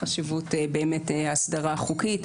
חשיבות ההסדרה החוקית.